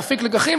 להפיק לקחים,